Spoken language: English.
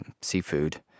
seafood